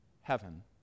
heaven